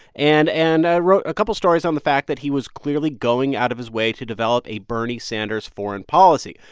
and and i wrote a couple stories on the fact that he was clearly going out of his way to develop a bernie sanders foreign policy,